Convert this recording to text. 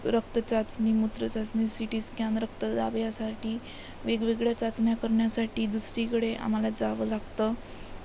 रक्त चाचणी मूत्र चाचणी सीटीस्कॅन रक्त लावायसाठी वेगवेगळ्या चाचण्या करण्यासाठी दुसरीकडे आम्हाला जावं लागतं